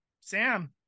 Sam